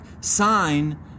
sign